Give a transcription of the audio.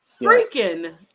freaking